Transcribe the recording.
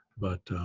but,